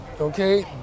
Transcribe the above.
okay